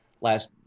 Last